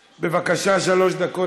בבקשה, שלוש דקות.